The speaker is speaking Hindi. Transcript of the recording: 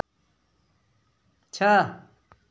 छः